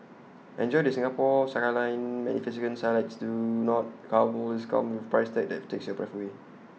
enjoy the Singapore skyline magnificent sights do not carbons come with A price tag that takes your breath away